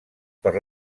per